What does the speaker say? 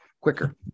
quicker